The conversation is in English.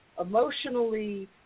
emotionally